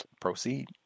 Proceed